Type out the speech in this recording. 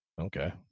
Okay